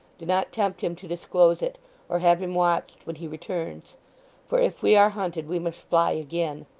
do not tempt him to disclose it or have him watched when he returns for if we are hunted, we must fly again.